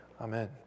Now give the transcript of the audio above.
Amen